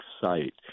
site